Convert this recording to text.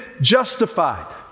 justified